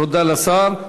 תודה לשר.